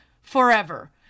forever